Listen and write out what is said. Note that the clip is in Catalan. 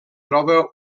troba